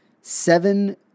seven